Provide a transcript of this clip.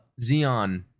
Xeon